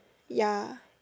ya